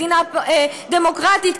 מדינה דמוקרטית,